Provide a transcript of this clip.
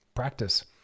Practice